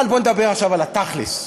אבל בוא נדבר עכשיו על התכל'ס.